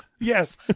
Yes